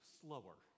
slower